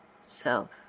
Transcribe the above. self